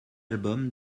album